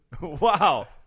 Wow